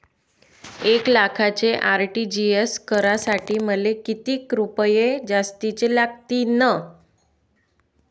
एक लाखाचे आर.टी.जी.एस करासाठी मले कितीक रुपये जास्तीचे लागतीनं?